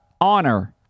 Honor